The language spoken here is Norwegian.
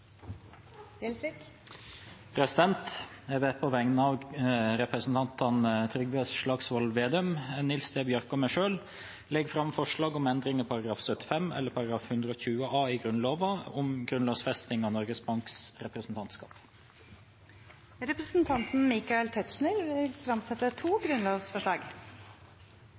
Jeg vil på vegne av representantene Trygve Slagsvold Vedum, Nils T. Bjørke og meg selv legge fram forslag om endring i § 75 eller § 120 a i Grunnloven, om grunnlovfesting av Norges Banks representantskap. Representanten Michael Tetzschner vil fremsette to grunnlovsforslag.